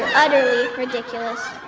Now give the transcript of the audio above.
and udderly ridiculous